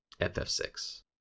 FF6